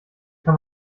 kann